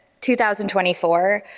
2024